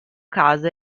caso